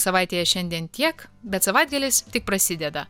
savaitėje šiandien tiek bet savaitgalis tik prasideda